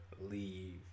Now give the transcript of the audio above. leave